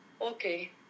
Okay